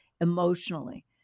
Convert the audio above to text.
emotionally